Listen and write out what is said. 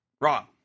Wrong